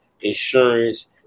insurance